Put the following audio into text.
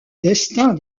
destin